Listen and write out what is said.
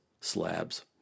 slabs